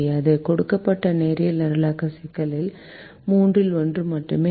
கொடுக்கப்பட்ட நேரியல் நிரலாக்க சிக்கலுக்கு மூன்றில் ஒன்று மட்டுமே நிகழும்